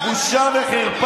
הוא לא מגיע לקרסוליים שלך.